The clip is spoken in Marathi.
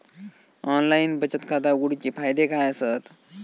ऑनलाइन बचत खाता उघडूचे फायदे काय आसत?